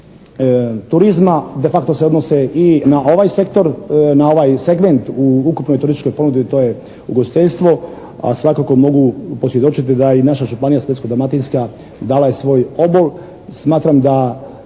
na ovaj sektor, na ovaj segment u ukupnoj turističkoj ponudi. To je ugostiteljstvo, a svakako mogu posvjedočiti da i naša županija Splitsko-dalmatinska dala je svoj obol.